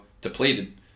depleted